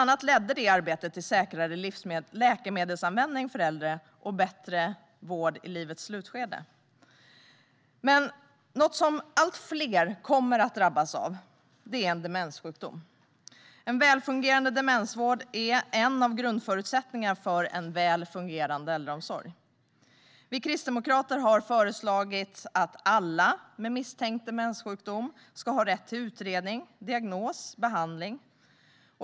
Arbetet ledde bland annat till säkrare läkemedelsanvändning för äldre och bättre vård i livets slutskede. Något som allt fler kommer att drabbas av är demenssjukdom. En välfungerande demensvård är en av grundförutsättningarna för en välfungerande äldreomsorg. Vi kristdemokrater har föreslagit att alla med misstänkt demenssjukdom ska ha rätt till utredning, diagnos och behandling.